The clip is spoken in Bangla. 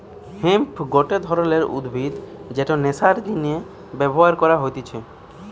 হেম্প গটে ধরণের উদ্ভিদ যেটা নেশার জিনে ব্যবহার কইরা হতিছে